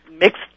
mixed